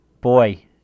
Boy